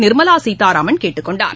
நிர்மலா சீதாராமன் கேட்டுக் கொண்டார்